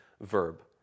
verb